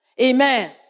Amen